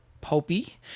poppy